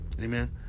amen